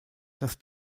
das